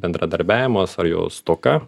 bendradarbiavimas ar jo stoka